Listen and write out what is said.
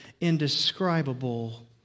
indescribable